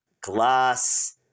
glass